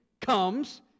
comes